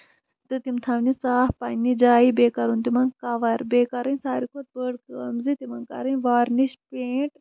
تہٕ تِم تھاونہِ صاف پَنٕنہِ جایہِ بیٚیہِ کَرُن تِمن کور بیٚیہِ کَرٕنۍ ساروی کھۄتہٕ بٔڑ کٲم زِ تِمن کَرٕنۍ وارنِش پینٹ